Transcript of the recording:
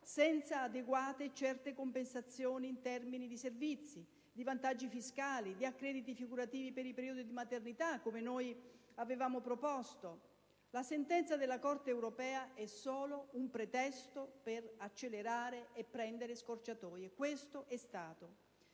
senza adeguate e certe compensazioni in termini di servizi, di vantaggi fiscali, di accrediti figurativi per il periodo di maternità, come noi avevamo proposto. La sentenza della Corte europea è solo un pretesto per accelerare e prendere scorciatoie: questo è stato.